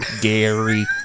Gary